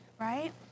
right